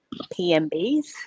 PMBs